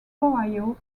ohio